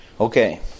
Okay